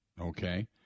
okay